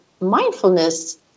mindfulness